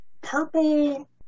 purple